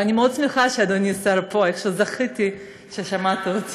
ואני מאוד שמחה שאדוני השר פה, וזכיתי ששמעת אותי.